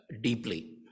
deeply